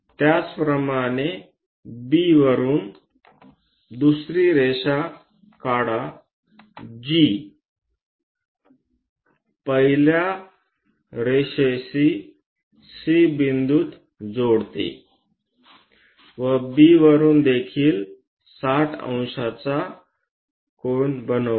त्याचप्रमाणे B वरुन दुसरी रेषा काढा जी पहिल्या ओळीशी C बिंदूत जोडते व B वरुन देखील 600 चा कोन बनवते